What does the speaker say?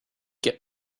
get